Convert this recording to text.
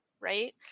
Right